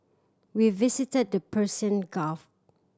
we visited the Persian Gulf